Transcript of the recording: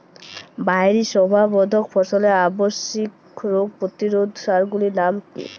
বাহারী শোভাবর্ধক ফসলের আবশ্যিক রোগ প্রতিরোধক সার গুলির নাম কি কি?